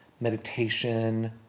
meditation